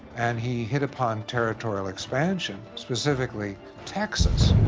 and he hit upon territorial expansion, specifically texas.